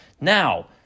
Now